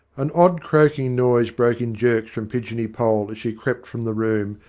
an odd croaking noise broke in jerks from pigeony poll as she crept from the room,